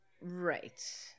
right